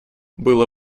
было